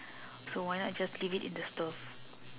so why not just leave it in the stove